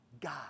God